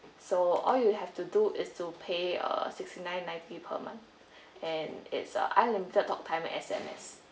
so all you have to do is to pay a six nine ninety per month and it's a unlimited talk time S_M_S